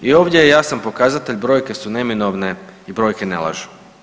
I ovdje je jasan pokazatelj, brojke su neminovne i brojke ne lažu.